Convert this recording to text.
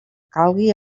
calga